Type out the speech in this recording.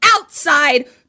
outside